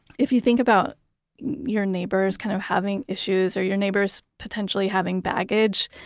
if you think about your neighbors kind of having issues or your neighbors potentially having baggage,